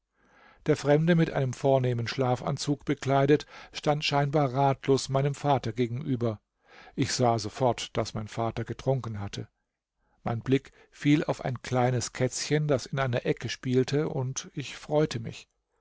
der fremde mit einem vornehmen schlafanzug bekleidet stand scheinbar ratlos meinem vater gegenüber ich sah sofort daß mein vater getrunken hatte mein blick fiel auf ein kleines kätzchen das in einer ecke spielte und ich freute mich